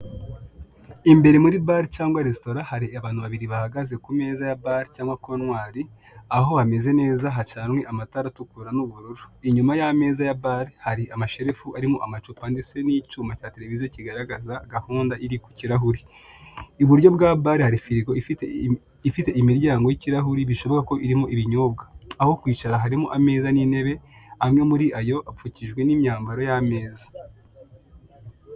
Imbere muri bare cyangwa resitora, hari abantu babiri bahagaze ku meza ya bare cyangwa kontwari; aho hameze neza hacanywe amatara atukura n'ay'ubururu. Inyuma y'ameza ya bare, hari amasherifu arimo amacupa ndetse n'icyuma cya tereviziyo kigaragaza gahunda iri ku kirahuri. I buryo bwa bare hari firigo ifite imiryango y'ikirahuri bishoboka ko irimo ibinyobwa, aho kwicara harimo ameza n' intebe, amwe muri ayo apfukishijwe n'imyambaro y'ameza.